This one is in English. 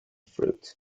fruit